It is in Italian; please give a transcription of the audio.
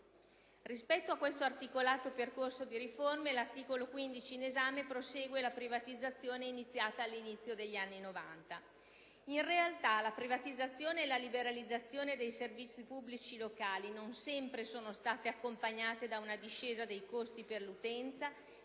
Rispetto a quest'articolato percorso di riforme, l'articolo 15 del provvedimento in votazione prosegue la privatizzazione iniziata al principio degli anni '90. In realtà, la privatizzazione e la liberalizzazione dei servizi pubblici locali non sempre sono state accompagnate da una discesa dei costi per l'utenza